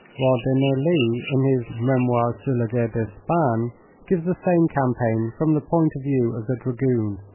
while de naylies in his memoires sur la guerre d'espagne gives the same campaigns from the point of view of the dragoon.